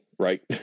Right